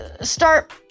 start